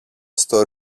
στο